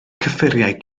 cyffuriau